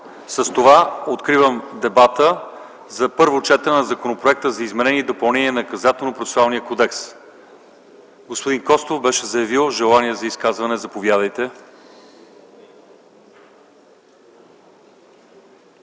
С това откривам дебата за първо четене на Законопроекта за изменение и допълнение на Наказателно-процесуалния кодекс. Господин Костов беше заявил желание за изказване. Заповядайте.